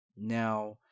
Now